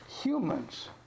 humans